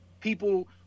people